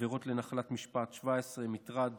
עבירות לנחלת משפט, 17, מטרד